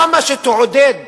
כמה שתעודד